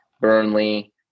Burnley